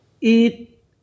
eat